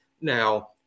now